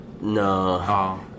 No